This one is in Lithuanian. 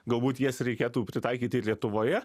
galbūt jas reikėtų pritaikyti ir lietuvoje